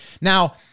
Now